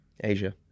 asia